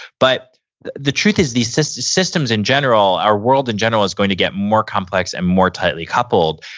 but the truth is these systems systems in general, our world in general is going to get more complex and more tightly couples.